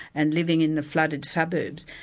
and living in the flooded suburbs,